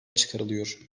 çıkarılıyor